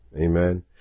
Amen